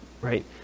right